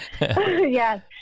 Yes